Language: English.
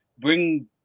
bring